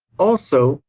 also,